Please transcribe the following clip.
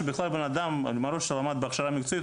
שבכלל בנאדם מראש למד בהכשרה מקצועית,